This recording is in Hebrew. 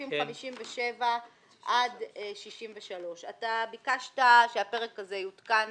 סעיפים 57 עד 63. אתה ביקשת שהפרק הזה יותקן